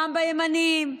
פעם בימנים,